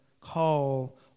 call